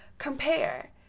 Compare